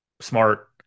Smart